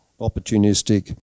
opportunistic